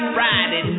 Friday